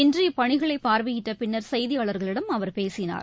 இன்று இப்பணிகளைபார்வையிட்டபின்னர் செய்தியாளர்களிடம் அவர் பேசினார்